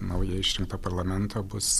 naujai išrinkto parlamento bus